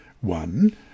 One